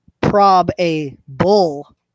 prob-a-bull